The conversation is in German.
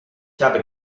habe